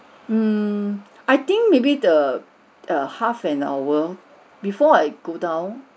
hmm I think maybe the err half an hour before I go down